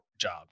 job